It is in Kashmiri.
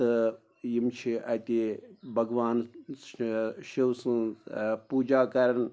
تہٕ یِم چھِ اَتہِ بھگوان شِو سٕنٛز پوٗجا کَران